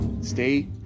stay